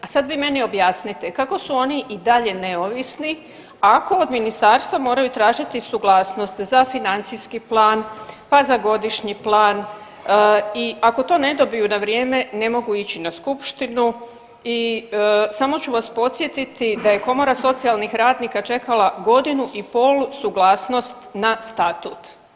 A sad vi meni objasnite kako su oni i dalje neovisni ako od ministarstva moraju tražiti suglasnost za financijski plan, pa za godišnji plan i ako to ne dobiju na vrijeme ne mogu ići na skupštinu i samo ću vas podsjetiti da je Komora socijalnih radnika čekala godinu i pol suglasnost na statut.